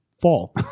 fall